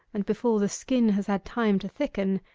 and before the skin has had time to thicken,